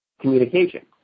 communication